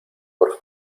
por